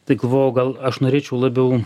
tai galvojau gal aš norėčiau labiau